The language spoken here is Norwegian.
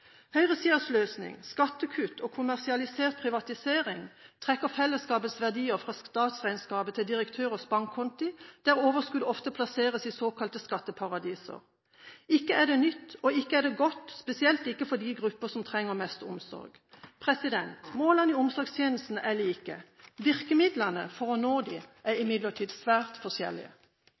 Høyresidens løsning – skattekutt og kommersialisert privatisering – trekker fellesskapets verdier fra statsregnskapet til direktørers bankkonti, der overskudd ofte plasseres i såkalte skatteparadiser. Ikke er det nytt, og ikke er det godt, spesielt ikke for de grupper som trenger mest omsorg. Målene i omsorgstjenestene er like. Virkemidlene for å nå dem er imidlertid svært forskjellige.